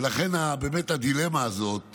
ולכן באמת הדילמה הזאת